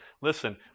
Listen